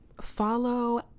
follow